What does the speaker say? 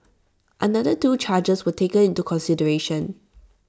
another two charges were taken into consideration